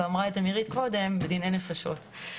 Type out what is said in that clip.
וכפי שאמרה מירית קודם בדיני נפשות.